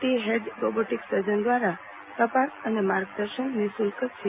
T હેડ robotic surgeon દ્વારા તપાસ અને માર્ગદર્શન નિઃશુલ્ક છે